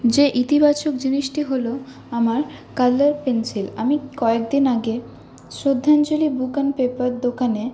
যে ইতিবাচক জিনিসটি হল আমার কালার পেন্সিল আমি কয়েকদিন আগে শ্রদ্ধাঞ্জলি বুক এণ্ড পেপার দোকানে